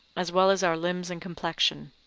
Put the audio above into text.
as well as our limbs and complexion.